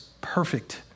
perfect